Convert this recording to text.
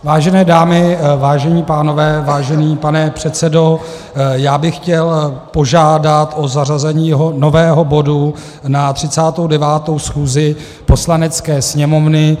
Vážené dámy, vážení pánové, vážený pane předsedo, já bych chtěl požádat o zařazení nového bodu na 39. schůzi Poslanecké sněmovny.